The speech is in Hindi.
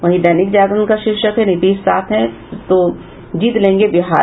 वहीं दैनिक जागरण का शीर्षक है नीतीश साथ हैं जो जीत लेंगे बिहार